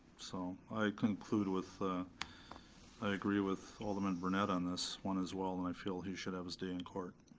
so i conclude with, i agree with alderman brunette on this one as well and i feel he should have his day in court.